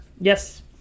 Yes